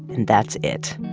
and that's it.